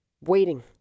waiting